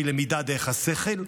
שהיא למידה דרך השכל,